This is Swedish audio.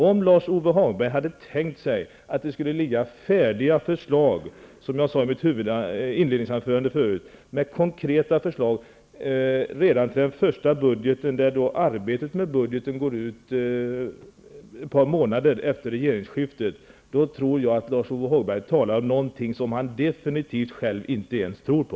Om Lars-Ove Hagberg menar att det, som jag sade i mitt inledningsanförande, skulle föreligga färdiga konkreta förslag redan till den första budgeten, när budgetarbetet måste vara avslutat ett par månader efter regeringsskiftet, då anser jag att Lars-Ove Hagberg definitivt talar om någonting som inte ens han själv tror på.